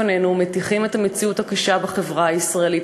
מטיחים בפנינו את המציאות הקשה בחברה הישראלית,